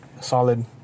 solid